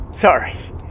Sorry